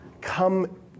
come